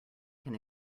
can